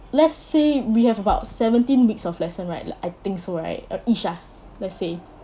let's say we have about seventeen weeks of lesson right like I think so right ish ah let's say